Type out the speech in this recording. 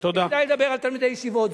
כדאי לדבר על תלמידי ישיבות.